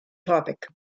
topic